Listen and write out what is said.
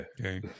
Okay